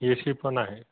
ए C पण आहे